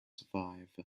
survive